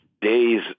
days